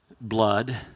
blood